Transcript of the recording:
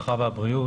הרווחה והבריאות